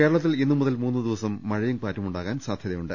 കേരളത്തിൽ ഇന്ന് മുതൽ മൂന്ന് ദിവസം മഴയും കാറ്റും ഉണ്ടാ കാൻ സാധ്യതയുണ്ട്